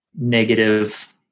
negative